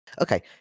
Okay